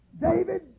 David